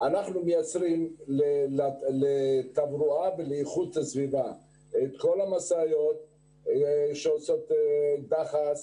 מייצרים לתברואה ולאיכות הסביבה את כל המשאיות שעושות דחס,